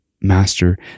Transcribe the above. Master